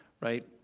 right